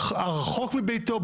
או הרחוק מביתו.